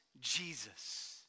Jesus